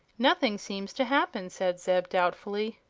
nothing seems to happen, said zeb, doubtfully.